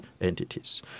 entities